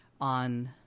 on